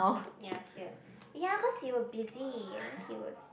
ya here ya cause you were busy and then he was